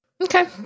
Okay